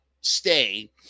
stay